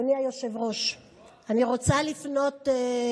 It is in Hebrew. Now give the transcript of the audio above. זה בטוח?